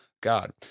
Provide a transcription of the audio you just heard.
God